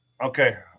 okay